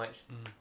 mm